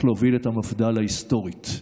להוביל את מפד"ל ההיסטורית.